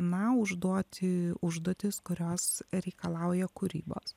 na užduoti užduotis kurios reikalauja kūrybos